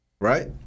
Right